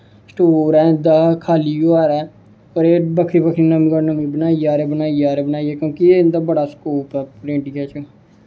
store ऐ उं'दा खा'ल्ली होआ दा ऐ एह् बक्खरी बक्खरी नमीं बनाई जा दे बनाई जा दे क्योंकि एह् इं'दा बड़ा स्कोप ऐ पेंटिंगें च